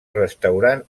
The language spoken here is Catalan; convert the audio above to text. restaurant